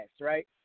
right